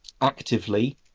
actively